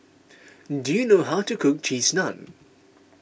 do you know how to cook Cheese Naan